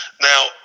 Now